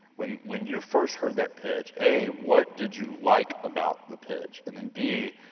when when you first heard that pitch, a, what did you like about the pitch, and then b,